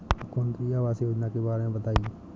मुख्यमंत्री आवास योजना के बारे में बताए?